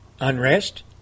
unrest